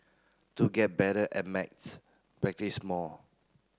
to get better at maths practise more